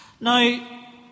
Now